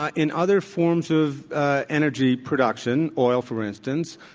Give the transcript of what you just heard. ah in other forms of energy production, oil, for instance,